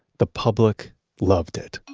the public loved it.